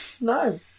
No